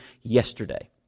yesterday